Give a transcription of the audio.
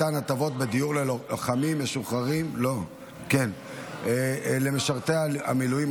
מתן הטבות בדיור ללוחמים משוחררים ולמשרתי מילואים,